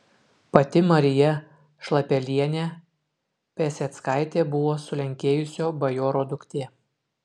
pati marija šlapelienė piaseckaitė buvo sulenkėjusio bajoro duktė